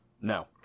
No